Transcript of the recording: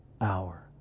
hour